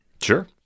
sure